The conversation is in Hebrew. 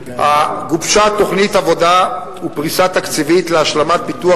גובשה תוכנית עבודה ופריסה תקציבית להשלמת פיתוח